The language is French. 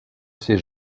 ces